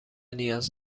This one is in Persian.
نیاز